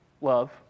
Love